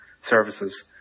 services